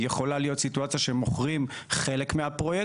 יכולה להיות סיטואציה שמוכרים חלק מהפרויקט,